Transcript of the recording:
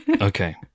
okay